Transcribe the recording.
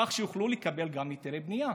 כך שיוכלו לקבל היתרי בנייה.